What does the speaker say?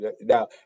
Now